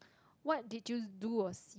what did you do or see